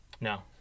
No